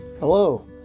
Hello